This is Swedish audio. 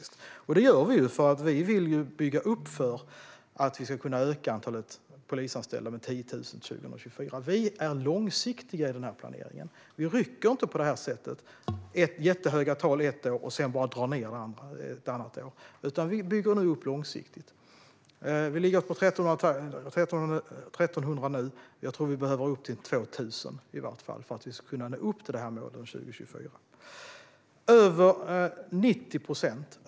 Detta gör vi för att vi vill bygga upp för att kunna öka antalet polisanställda med 10 000 till 2024. Vi är långsiktiga i den här planeringen. Vi rycker inte på det här sättet: jättehöga tal ett år för att sedan dra ned ett annat. Vi bygger upp långsiktigt. Vi ligger på 1 300 nu, och jag tror att vi behöver komma upp till åtminstone 2 000 för att kunna nå målet 2024.